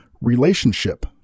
relationship